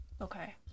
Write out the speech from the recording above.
Okay